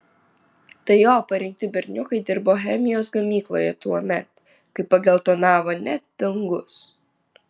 tai jo parinkti berniukai dirbo chemijos gamykloje tuomet kai pageltonavo net dangus